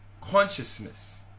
consciousness